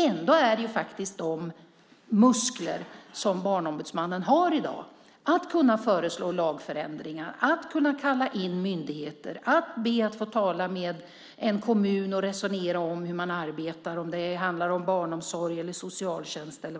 Ändå är det de muskler som Barnombudsmannen har i dag, det vill säga att föreslå lagförändringar, att kalla in myndigheter, att be att få tala med en kommun och resonera om arbetet, barnomsorgen eller socialtjänsten,